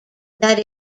that